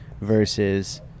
versus